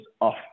off